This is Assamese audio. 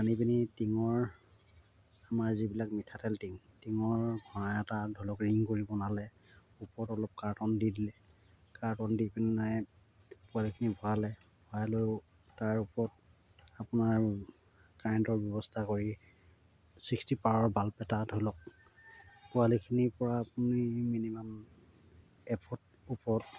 আনি পিনি টিঙৰ আমাৰ যিবিলাক মিঠাতেল টিং টিঙৰ ঘৰা এটা ধৰি লওক ৰিং কৰিব বনালে ওপৰত অলপ কাৰ্টন দি দিলে কাৰ্টন দি পিনাই পোৱালিখিনি ভৰালে ভৰাই লৈ তাৰ ওপৰত আপোনাৰ কাৰেণ্টৰ ব্যৱস্থা কৰি ছিক্সটি পাৱাৰ বাল্ব এটা ধৰি লওক পোৱালিখিনিৰপৰা আপুনি মিনিমাম এফুট ওপৰত